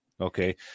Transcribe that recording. Okay